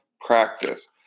practice